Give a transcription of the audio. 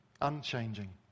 unchanging